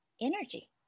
Energy